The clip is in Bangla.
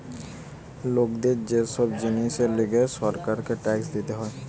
লোকদের কে সব জিনিসের লিগে সরকারকে ট্যাক্স দিতে হয়